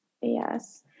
Yes